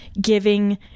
giving